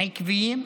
עקביים,